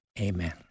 amen